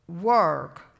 work